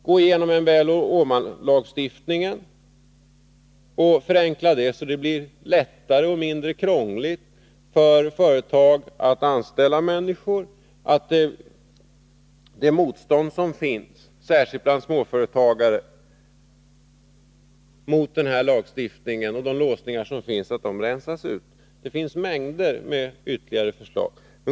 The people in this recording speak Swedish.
Gå igenom MBL och Åmanlagstiftningen och förenkla dem så att det blir lättare och mindre krångligt för företag att anställa människor, så att det motstånd som finns, särskilt bland småföretagare, mot denna lagstiftning och de låsningar som finns rensas ut! Det finns mängder med ytterligare förslag.